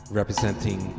representing